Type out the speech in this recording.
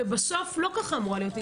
בסוף לא כך אמורה להיות הילולה.